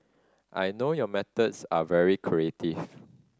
I know your methods are very creative